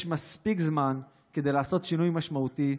יש מספיק זמן כדי לעשות שינוי משמעותי,